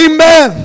Amen